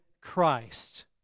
Christ